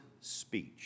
speech